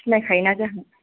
सिनायखायोना जोंहा